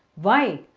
why?